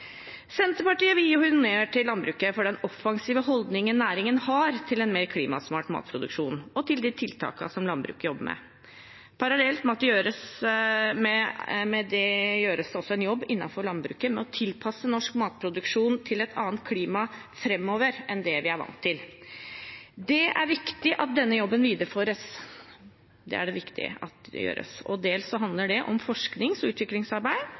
Senterpartiet vil gi honnør til landbruket for den offensive holdningen næringen har til en mer klimasmart matproduksjon og til de tiltakene som landbruket jobber med. Parallelt gjøres det også en jobb innenfor landbruket med å tilpasse norsk matproduksjon framover til et annet klima enn det vi er vant til. Det er viktig at denne jobben videreføres – det er det viktig at en gjør. Dels handler det om forsknings- og utviklingsarbeid,